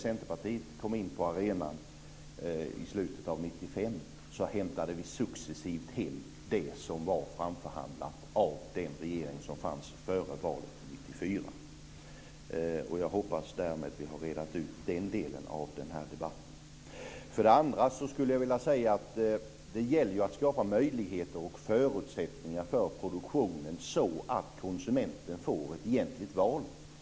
Centerpartiet, kom in på arenan i slutet av 1995 hämtade vi successivt hem det som var framförhandlat av den regering som fanns före valet 1994. Jag hoppas att vi därmed har rett ut den delen av debatten. För det andra skulle jag vilja säga att det ju gäller att skapa möjligheter och förutsättningar för produktionen så att konsumenten får ett egentligt val.